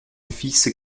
fils